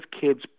kids